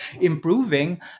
improving